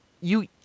you-